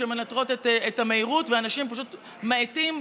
שמנטרות את המהירות ואנשים פשוט מאיטים,